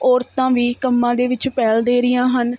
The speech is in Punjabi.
ਔਰਤਾਂ ਵੀ ਕੰਮਾਂ ਦੇ ਵਿੱਚ ਪਹਿਲ ਦੇ ਰਹੀਆਂ ਹਨ